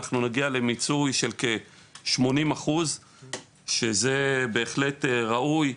אנחנו נגיע למיצוי של כ-80% שזה בהחלט ראוי,